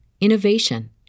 innovation